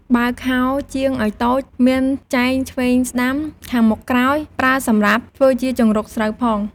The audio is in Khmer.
បើកហោជាងឲ្យតូច មានចែងឆ្វេងស្តាំខាងមុខក្រោយ ប្រើសម្រាប់ធ្វើជាជង្រុកស្រូវផង។